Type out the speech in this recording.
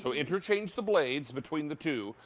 so interchange the blade between the two.